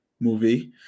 movie